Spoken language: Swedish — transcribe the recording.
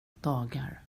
dagar